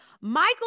Michael